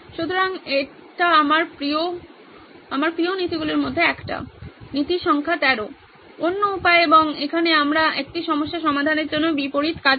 সুতরাং একটা আমার প্রিয় আমার প্রিয় নীতিগুলির মধ্যে একটি হলো নীতি সংখ্যা 13 অন্য উপায় এবং এখানে আমরা একটি সমস্যা সমাধানের জন্য বিপরীত কাজ করি